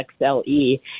XLE